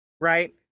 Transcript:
right